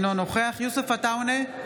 אינו נוכח יוסף עטאונה,